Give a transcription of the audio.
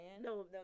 No